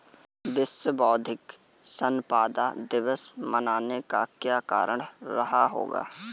विश्व बौद्धिक संपदा दिवस मनाने का क्या कारण रहा होगा?